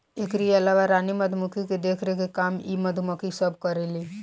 एकरी अलावा रानी मधुमक्खी के देखरेख के काम भी इ मधुमक्खी सब करेली